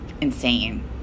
insane